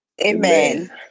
Amen